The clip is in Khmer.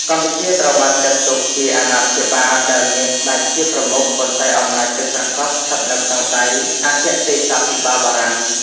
កម្ពុជាត្រូវបានចាត់ទុកជា អាណាព្យាបាល ដែលមានស្ដេចជាប្រមុខ ប៉ុន្តែអំណាចពិតប្រាកដស្ថិតនៅក្នុងដៃអគ្គទេសាភិបាលបារាំង។